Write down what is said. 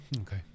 Okay